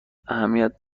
اهمیت